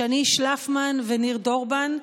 שני שלפמן וניר דורבן,